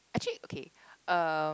actually okay uh